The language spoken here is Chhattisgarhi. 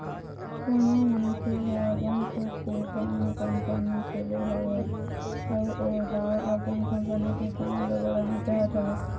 कोनो मनखे ह अपन खुद के कोनो कंपनी खोले हवय अउ ओहा अपन कंपनी के काम ल बढ़ाना चाहत हवय